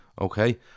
okay